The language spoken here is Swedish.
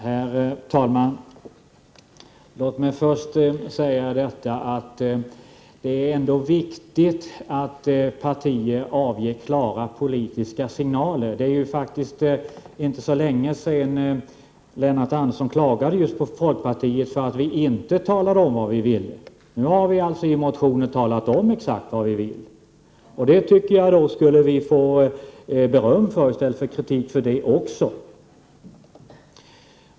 Herr talman! Låt mig först säga att det ändå är viktigt att partier avger klara politiska signaler. Det är inte så länge sedan Lennart Andersson klagade på just folkpartiet för att vi inte talade om vad vi ville. Nu har vi alltså i motioner talat om exakt vad vi vill, och det tycker jag att vi då skulle få beröm för. I stället får vi kritik för det också!